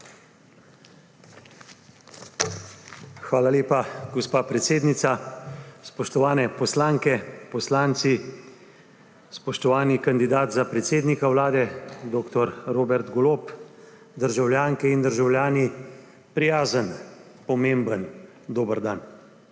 Hvala lepa, gospa predsednica. Spoštovane poslanke, poslanci, spoštovani kandidat za predsednika Vlade dr. Borut Golob, državljanke in državljani, prijazen, pomemben dober dan!